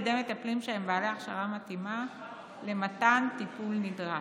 ידי מטפלים שהם בעלי הכשרה מתאימה למתן טיפול הנדרש.